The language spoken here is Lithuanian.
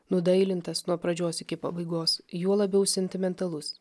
nudailintas nuo pradžios iki pabaigos juo labiau sentimentalus